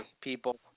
people